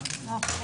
נעולה.